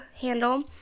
handle